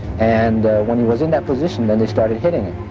and when he was in that position, then they started hitting him.